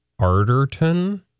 Arterton